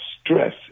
stress